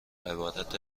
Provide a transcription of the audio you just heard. عبارت